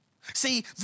See